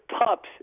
pups